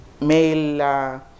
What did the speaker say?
male